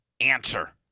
Answer